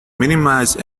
minimize